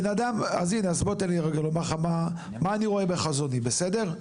אז תן לי רגע לומר לך מה אני רואה בחזוני בסדר?